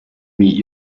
meet